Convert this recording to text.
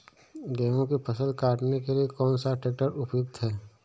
गेहूँ की फसल काटने के लिए कौन सा ट्रैक्टर उपयुक्त है?